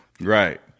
Right